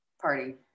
Party